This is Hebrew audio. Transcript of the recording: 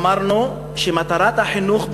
אמרנו שם שמטרת החינוך,